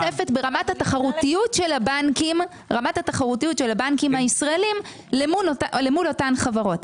ברמת התחרותיות של הבנקים הישראליים למול אותן חברות.